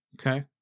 Okay